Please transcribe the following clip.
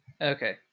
Okay